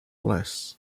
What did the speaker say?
less